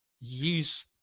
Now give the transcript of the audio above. use